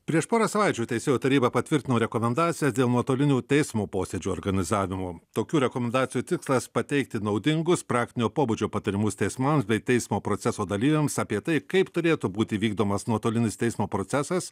prieš porą savaičių teisėjų taryba patvirtino rekomendacijas dėl nuotolinių teismo posėdžių organizavimo tokių rekomendacijų tikslas pateikti naudingus praktinio pobūdžio patarimus teismams bei teismo proceso dalyviams apie tai kaip turėtų būti vykdomas nuotolinis teismo procesas